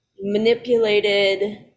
manipulated